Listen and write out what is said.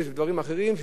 שזה התפתח הלאה,